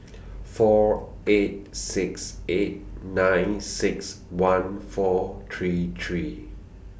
four eight six eight nine six one four three three